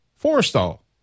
Forestall